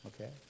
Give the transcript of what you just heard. okay